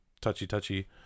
touchy-touchy